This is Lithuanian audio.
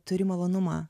turi malonumą